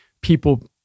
people